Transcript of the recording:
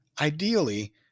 Ideally